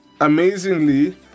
amazingly